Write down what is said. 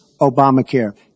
Obamacare